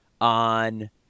on